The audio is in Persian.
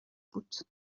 بود